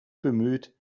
bemüht